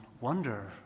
wonder